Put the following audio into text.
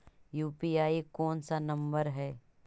UPI कोन सा number हैं?